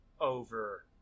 over